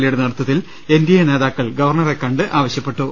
A യുടെ നേതൃത്വ ത്തിൽ എൻ ഡി എ നേതാക്കൾ ഗവർണറെ കണ്ട് ആവശ്യപ്പെട്ടു